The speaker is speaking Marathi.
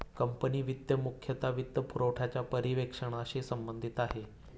कंपनी वित्त मुख्यतः वित्तपुरवठ्याच्या पर्यवेक्षणाशी संबंधित आहे